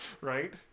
Right